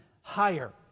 higher